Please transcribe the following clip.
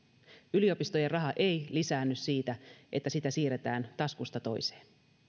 yliopistojen raha ei lisäänny siitä että sitä siirretään taskusta toiseen